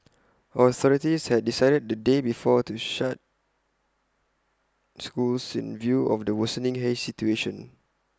authorities had decided the day before to shut schools in view of the worsening haze situation